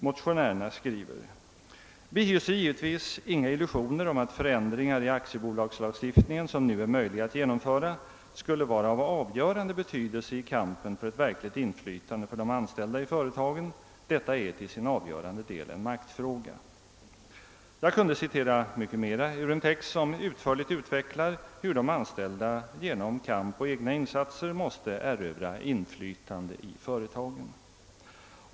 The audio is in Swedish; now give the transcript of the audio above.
Motionärerna skriver: »Vi hyser givetvis inga illusioner om att förändringar i aktiebolagslagstiftningen, som nu är möjliga att få genomförda, skulle vara av avgörande betydelse i kampen för ett verkligt inflytande för de anställda i företagen. Detta är till sin avgörande del en maktfråga.» Jag kunde citera mycket mer ur en text som utförligt utvecklar hur de anställda genom kamp och egna insatser måste erövra inflytande i företagen.